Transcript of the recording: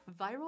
viral